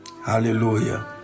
Hallelujah